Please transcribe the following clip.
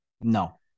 No